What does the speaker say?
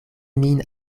min